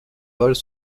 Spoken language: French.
vols